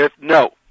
No